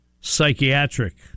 psychiatric